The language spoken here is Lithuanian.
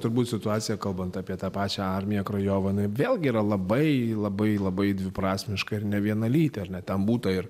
pturbūt situacija kalbant apie tą pačią armiją krajovą na ji vėlgi yra labai labai labai dviprasmiška ir nevienalytė ar ne ten būta ir